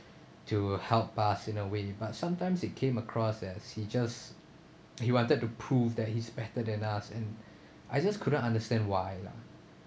to help us in a way but sometimes it came across as he just he wanted to prove that he's better than us and I just couldn't understand why lah